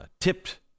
tipped